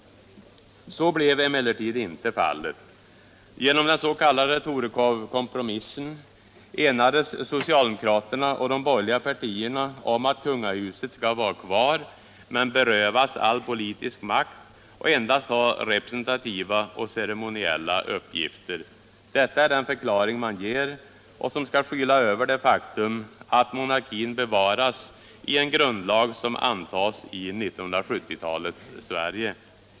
Så blev emellertid inte fallet. Genom den s.k. Torekovkompromissen enades socialdemokraterna och de borgerliga partierna om att kungahuset skall vara kvar men berövas all politisk makt och endast ha representativa och ceremoniella uppgifter. Detta är den förklaring man ger och som skall skyla över det faktum att monarkin bevaras i en grundlag som antas i 1970-talets Sverige.